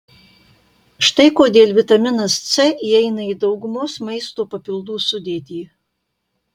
štai kodėl vitaminas c įeina į daugumos maisto papildų sudėtį